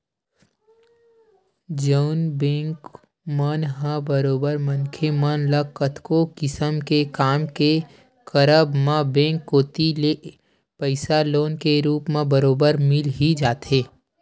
जउन बेंक मन ह बरोबर मनखे मन ल कतको किसम के काम के करब म बेंक कोती ले पइसा लोन के रुप म बरोबर मिल ही जाथे